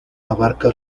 abarca